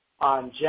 on